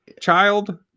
child